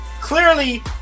Clearly